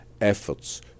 efforts